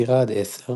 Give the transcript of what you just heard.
ספירה עד 10,